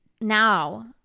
now